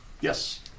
Yes